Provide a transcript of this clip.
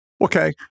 Okay